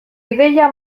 ideia